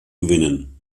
gewinnen